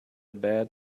bad